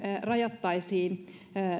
rajaisimme